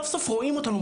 סוף סוף רואים אותנו,